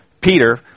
Peter